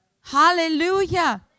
Hallelujah